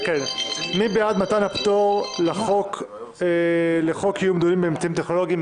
מי בעד מתן הפטור לחוק קיום דיונים באמצעים טכנולוגיים?